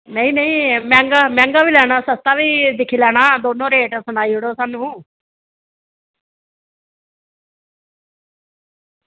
नेईं नेईं मैहंगा बी लैना सस्ता बी दिक्खी लैना दौनों दे रेट सनाई ओड़ो स्हानू